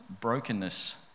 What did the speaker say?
brokenness